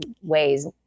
ways